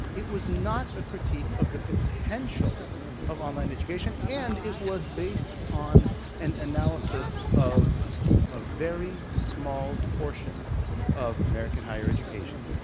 it was not a critique of the potential of online education, and it was based on an analysis of a very small portion of american higher education,